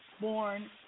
born